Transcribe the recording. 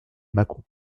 mâcon